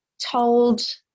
told